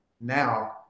now